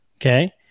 Okay